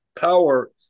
power